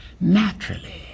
naturally